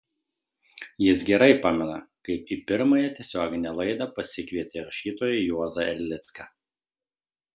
jis gerai pamena kaip į pirmąją tiesioginę laidą pasikvietė rašytoją juozą erlicką